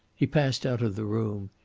he passed out of the room.